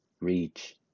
reach